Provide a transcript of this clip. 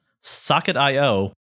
Socket.io